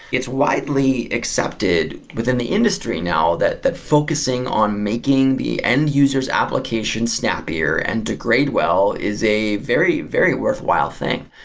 it's widely accepted within the industry now that that focusing on making the end user s application snappier and degrade well is a very, very worthwhile thing.